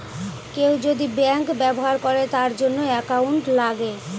কেউ যদি ব্যাঙ্ক ব্যবহার করে তার জন্য একাউন্ট লাগে